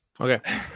Okay